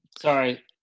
Sorry